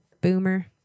boomer